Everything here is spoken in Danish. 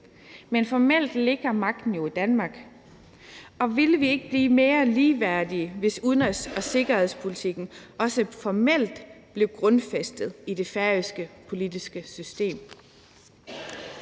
men formelt ligger magten jo i Danmark, og ville vi ikke blive mere ligeværdige, hvis udenrigs- og sikkerhedspolitikken også formelt blev grundfæstet i det færøske politiske system?